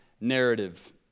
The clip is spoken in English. narrative